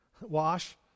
Wash